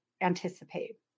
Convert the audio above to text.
anticipate